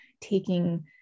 taking